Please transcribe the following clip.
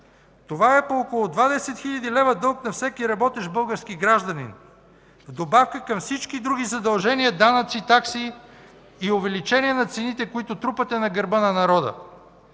Това е по около 20 хил. лв. дълг на всеки работещ български гражданин в добавка към всички други задължения, данъци, такси и увеличения на цените, които трупате на гърба на народа.